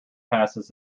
passes